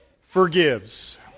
Forgives